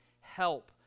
help